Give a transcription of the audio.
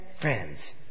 friends